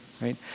right